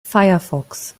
firefox